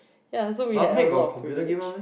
yeah so we have a lot privileges